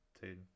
Tatum